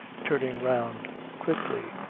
turning round quickly,